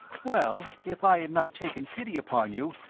well, if i had not taken pity upon you,